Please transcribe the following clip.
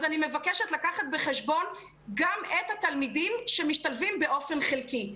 אז אני מבקשת לקחת בחשבון גם את התלמידים שמשתלבים באופן חלקי.